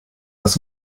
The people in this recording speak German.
das